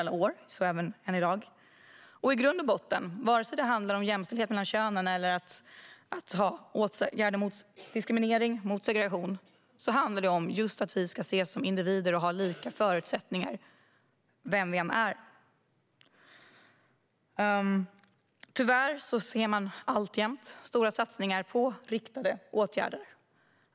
Vare sig det i grund och botten handlar om jämställdhet eller åtgärder mot diskriminering eller mot segregation ska vi ses som individer och ha lika förutsättningar vilka vi än är. Tyvärr ser man alltjämt stora satsningar på riktade åtgärder.